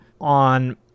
on